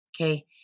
Okay